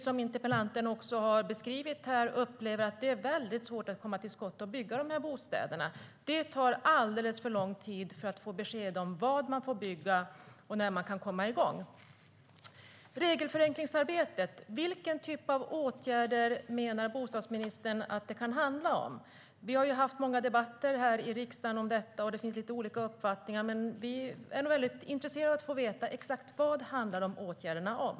Som interpellanten beskrev upplever många att det är svårt att komma till skott och bygga bostäder. Det tar alldeles för lång tid att få besked om vad man får bygga och när man kan komma igång. Vilken typ av åtgärder menar bostadsministern att det kan handla om när det gäller regelförenklingsarbetet? Vi har haft många debatter om detta här i riksdagen, och det finns lite olika uppfattningar. Vi är väldigt intresserade av att få veta exakt vad dessa åtgärder handlar om.